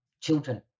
children